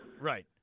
Right